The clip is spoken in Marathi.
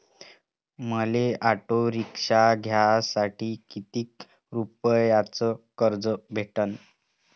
मले ऑटो रिक्षा घ्यासाठी कितीक रुपयाच कर्ज भेटनं?